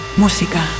música